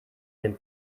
den